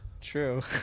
True